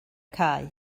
cae